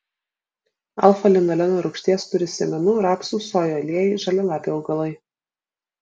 alfa linoleno rūgšties turi sėmenų rapsų sojų aliejai žalialapiai augalai